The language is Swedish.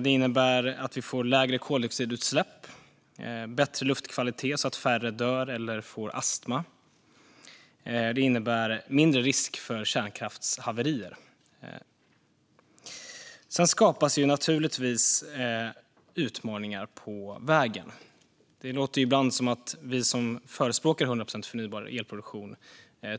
Det innebär att vi får lägre koldioxidutsläpp och bättre luftkvalitet så att färre dör eller får astma. Det innebär mindre risk för kärnkraftshaverier. Sedan skapas det naturligtvis utmaningar på vägen. Det låter ibland som att vi som förespråkar 100 procent förnybar elproduktion